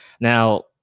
Now